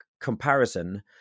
comparison